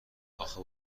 اخه